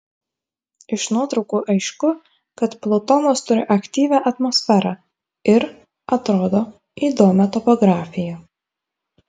iš nuotraukų aišku kad plutonas turi aktyvią atmosferą ir atrodo įdomią topografiją